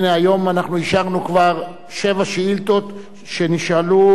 הנה, היום אישרנו כבר שבע שאילתות ששאלו